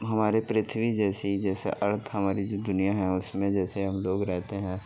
ہمارے پرتھوی جیسی جیسا ارتھ ہماری جو دنیا ہے اس میں جیسے ہم لوگ رہتے ہیں